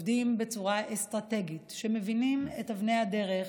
כשעובדים בצורה אסטרטגית, כשמבינים את אבני הדרך,